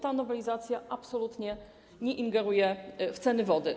Ta nowelizacja absolutnie nie ingeruje w ceny wody.